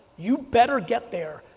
you better get there,